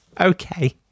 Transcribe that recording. Okay